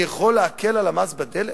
אני יכול להקל את המס על הדלק,